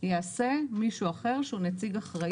יעשה מישהו אחר שהוא נציג אחראי.